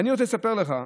ואני רוצה לספר לך,